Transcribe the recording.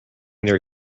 their